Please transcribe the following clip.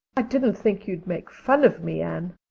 i didn't think you'd make fun of me, anne,